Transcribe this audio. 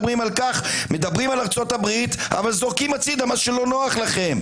דבר ראשון, ההצעה שלי היא לא מרחיקת לכת.